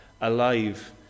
alive